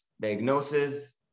diagnosis